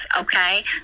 okay